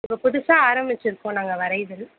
இப்போ புதுசாக ஆரம்மிச்சிருக்கோம் நாங்கள் வரைதல்